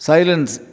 Silence